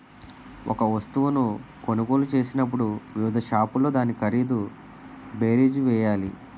ఒక వస్తువును కొనుగోలు చేసినప్పుడు వివిధ షాపుల్లో దాని ఖరీదు బేరీజు వేయాలి